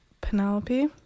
Penelope